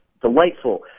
delightful